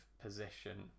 position